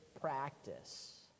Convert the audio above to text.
practice